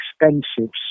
expensive